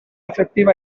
effective